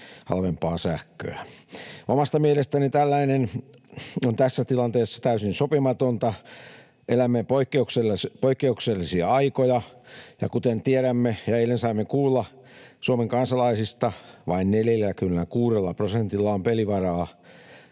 halvempaa sähköä. Omasta mielestäni tällainen on tässä tilanteessa täysin sopimatonta. Elämme poikkeuksellisia aikoja, ja kuten tiedämme ja eilen saimme kuulla, Suomen kansalaisista vain 46 prosentilla on pelivaraa,